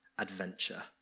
adventure